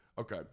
Okay